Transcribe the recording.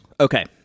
Okay